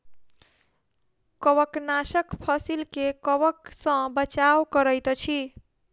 कवकनाशक फसील के कवक सॅ बचाव करैत अछि